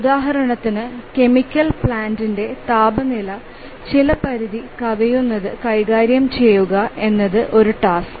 ഉദാഹരണത്തിന് കെമിക്കൽ പ്ലാന്റിന്റെ താപനില ചില പരിധി കവിയുന്നത് കൈകാര്യം ചെയ്യുക എന്നതാണ് ഒരു ടാസ്ക്